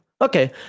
okay